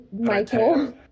Michael